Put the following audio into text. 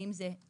האם זה פג